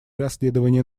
расследование